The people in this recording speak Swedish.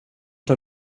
tar